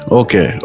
okay